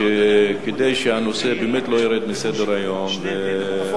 כדי שהנושא באמת לא ירד מסדר-היום והוא יידון,